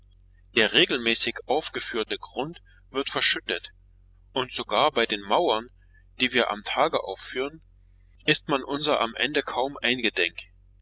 der regelmäßig aufgeführte grund wird verschüttet und sogar bei den mauern die wir am tage aufführen ist man unser am ende kaum eingedenk